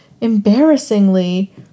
embarrassingly